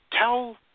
tell